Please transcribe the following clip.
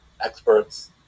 experts